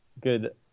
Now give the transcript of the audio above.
good